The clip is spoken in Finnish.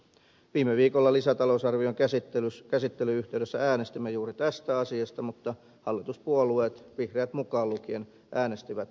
viime viikolla lisätalousarvion käsittelyn yhteydessä äänestimme juuri tästä asiasta mutta hallituspuolueet vihreät mukaan lukien äänestivät lisämäärärahaa vastaan